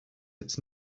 its